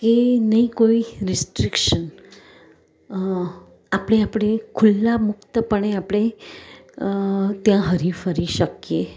કે નહીં કોઈ રિસ્ટ્રીકશન આપણે આપણી ખુલ્લા મુક્તપણે આપણે ત્યાં હરીફરી શકીએ